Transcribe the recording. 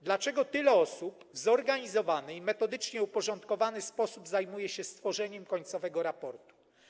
Dlaczego tyle osób w zorganizowany i metodycznie uporządkowany sposób zajmuje się stworzeniem końcowego raportu?